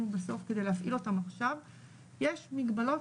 אנחנו בסוף כדי להפעיל אותן עכשיו יש מגבלות,